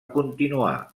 continuar